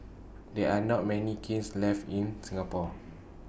there are not many kilns left in Singapore